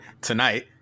tonight